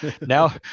now